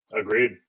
Agreed